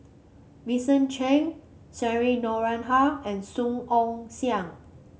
Vincent Cheng Cheryl Noronha and Song Ong Siang